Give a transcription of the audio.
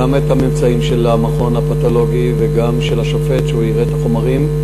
גם הממצאים של המכון הפתולוגי וגם של השופט שיראה את החומרים.